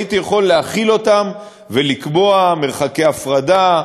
הייתי יכול להחיל אותם ולקבוע מרחקי הפרדה,